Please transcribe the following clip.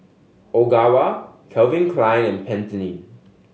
Ogawa Calvin Klein and Pantene